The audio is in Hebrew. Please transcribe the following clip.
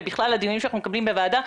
ובכלל הדיונים שאנו מקיימים בוועדה,